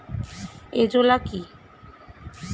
Azolla কি?